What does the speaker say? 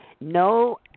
no